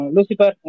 Lucifer